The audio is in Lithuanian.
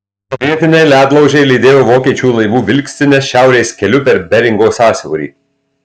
sovietiniai ledlaužiai lydėjo vokiečių laivų vilkstines šiaurės keliu per beringo sąsiaurį